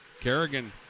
Kerrigan